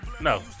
No